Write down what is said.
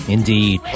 Indeed